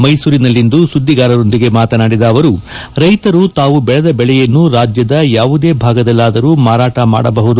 ಮೈಸೂರಿನಲ್ಲಿಂದು ಸುದ್ದಿಗಾರರೊಂದಿಗೆ ಮಾತನಾಡಿದ ಅವರು ರೈತರು ತಾವು ಬೆಳೆದ ಬೆಳೆಯನ್ನು ರಾಜ್ಯದ ಯಾವುದೇ ಭಾಗದಲ್ಲಾದರೂ ಮಾರಾಟ ಮಾಡಬಹುದು